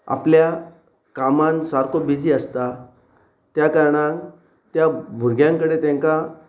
आपल्या कामान सारको बिजी आसता त्या कारणान त्या भुरग्यां कडेन तांकां